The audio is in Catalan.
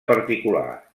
particular